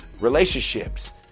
relationships